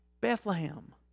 bethlehem